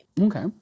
Okay